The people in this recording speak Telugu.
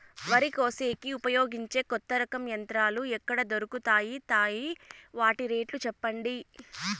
వరి కోసేకి ఉపయోగించే కొత్త రకం యంత్రాలు ఎక్కడ దొరుకుతాయి తాయి? వాటి రేట్లు చెప్పండి?